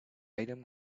item